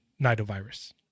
nidovirus